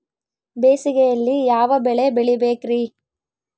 ಬೇಸಿಗೆಯಲ್ಲಿ ಯಾವ ಬೆಳೆ ಬೆಳಿಬೇಕ್ರಿ?